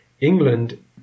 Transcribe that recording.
England